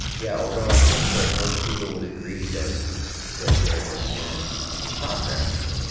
yeah. although i think that most people would agree that that there has been progress,